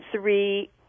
three